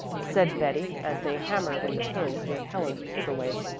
said betty as they hammered in the pins with helen's paper-weight.